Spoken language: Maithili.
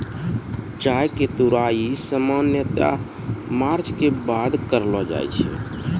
चाय के तुड़ाई सामान्यतया मार्च के बाद करलो जाय छै